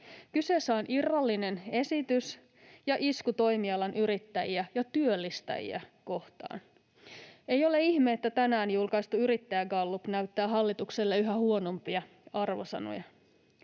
Kyseessä on irrallinen esitys ja isku toimialan yrittäjiä ja työllistäjiä kohtaan. Ei ole ihme, että tänään julkaistu yrittäjägallup näyttää hallitukselle yhä huonompia arvosanoja.